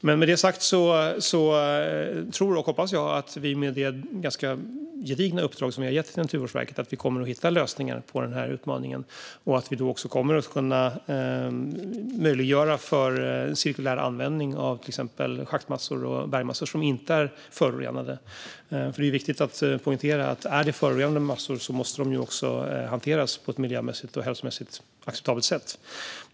Med det sagt tror och hoppas jag att vi med det ganska gedigna uppdrag som vi har gett till Naturvårdsverket kommer att hitta lösningar på den här utmaningen och att vi då också kommer att kunna möjliggöra för cirkulär användning av till exempel schakt och bergmassor som inte är förorenade. Det är ju viktigt att poängtera att är det förorenade massor måste de också hanteras på ett miljö och hälsomässigt acceptabelt sätt.